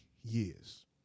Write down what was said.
years